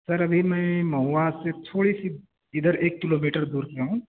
سر ابھی میں مہوا سے تھوڑی سی ادھر ایک کلو میٹر دور پہ ہوں